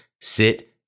sit